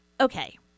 okay